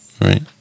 right